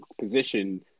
position